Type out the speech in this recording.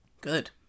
Good